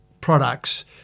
products